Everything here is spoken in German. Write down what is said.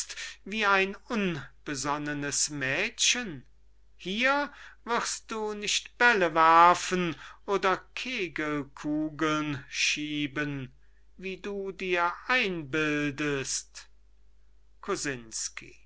wie ein unbesonnenes mädchen hier wirst du nicht bälle werfen oder kegelkugeln schieben wie du dir einbildest